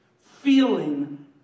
Feeling